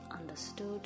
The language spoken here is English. understood